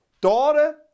daughter